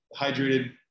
hydrated